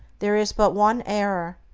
there is but one error,